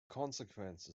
consequence